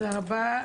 תודה רבה.